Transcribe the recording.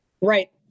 right